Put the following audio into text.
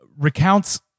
recounts